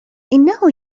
إنه